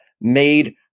made